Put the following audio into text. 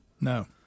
no